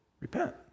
repent